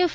F